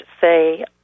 say